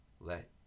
let